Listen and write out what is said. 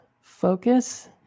focus